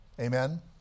amen